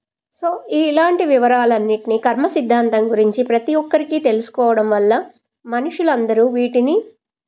so ఇ ఇలాంటి వివరాలన్నిటినీ కర్మ సిద్ధాంతం గురించి ప్రతీ ఒక్కరికి తెలుసుకోవడం వల్ల మనుషులు అందరూ వీటిని